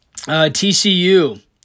TCU